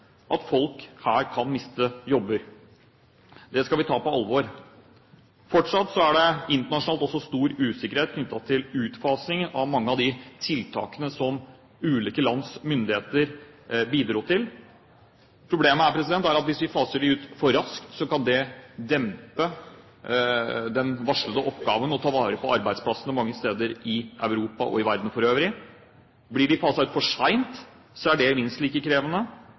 at folk her kan miste jobben. Det skal vi ta på alvor. Fortsatt er det internasjonalt stor usikkerhet knyttet til utfasing av mange av de tiltakene som ulike lands myndigheter bidro til. Problemet er at hvis vi faser dem ut for raskt, kan det dempe den varslede oppgaven med å ta vare på arbeidsplassene mange steder i Europa og i verden for øvrig. Blir de faset ut for sent, er det minst like krevende.